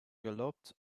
galloped